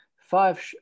five